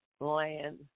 land